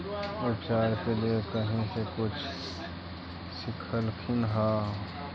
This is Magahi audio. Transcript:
उपचार के लीये कहीं से कुछ सिखलखिन हा?